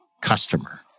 customer